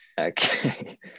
okay